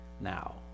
now